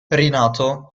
rinato